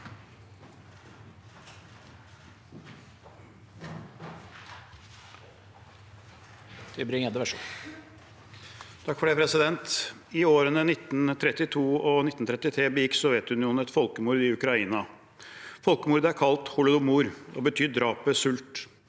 I årene 1932–1933 begikk Sovjetunionen et folkemord i Ukraina. Folkemordet er kalt holodomor, som betyr drap ved sult.